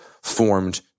formed